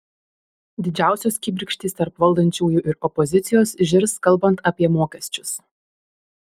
didžiausios kibirkštys tarp valdančiųjų ir opozicijos žirs kalbant apie mokesčius